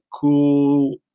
cool